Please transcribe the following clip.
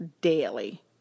daily